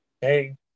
Hey